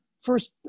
First